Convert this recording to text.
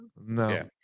no